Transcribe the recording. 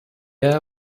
air